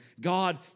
God